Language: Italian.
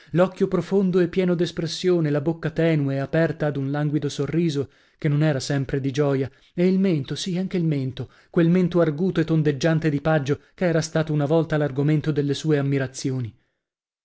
l'occhio profondo e pieno d'espressione la bocca tenue aperta ad un languido sorriso che non era sempre di gioia e il mento sì anche il mento quel mento arguto e tondeggiante di paggio che era stato una volta l'argomento delle sue ammirazioni